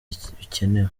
bikenewe